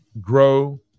grow